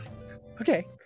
Okay